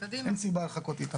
אין סיבה לחכות.